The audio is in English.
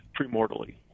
premortally